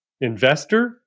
investor